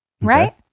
Right